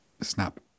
snap